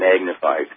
magnified